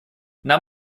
нам